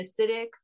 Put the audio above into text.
acidic